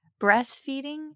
Breastfeeding